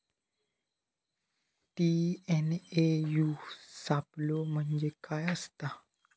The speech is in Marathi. टी.एन.ए.यू सापलो म्हणजे काय असतां?